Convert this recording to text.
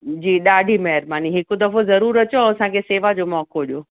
जी ॾाढी महिरबानी हिकु दफ़ो ज़रूर अचो ऐं असांखे सेवा जो मौक़ो ॾियो